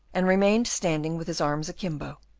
and remained standing with his arms akimbo.